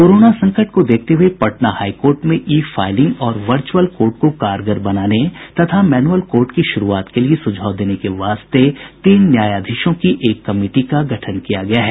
corona संकट को देखते हुये पटना हाई कोर्ट में ई फाईलिंग और वर्च्रअल कोर्ट को कारगर बनाने तथा मैनुअल कोर्ट की शुरूआत के लिए सुझाव देने के वास्ते तीन न्यायाधीशों की एक कमिटी का गठन किया गया है